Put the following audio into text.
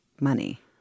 money